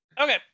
Okay